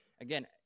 again